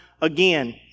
again